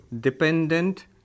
dependent